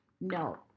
no